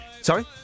Sorry